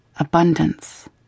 Abundance